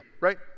right